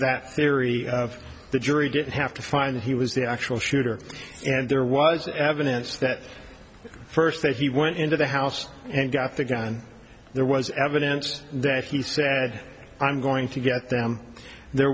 that theory the jury did have to find that he was the actual shooter and there was evidence that first that he went into the house and got the gun there was evidence that he said i'm going to get down there